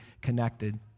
connected